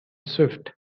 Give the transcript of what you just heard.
swift